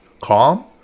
calm